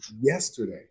yesterday